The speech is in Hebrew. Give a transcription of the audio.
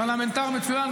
פרלמנטר מצוין,